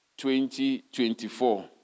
2024